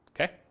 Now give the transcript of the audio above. okay